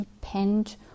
depend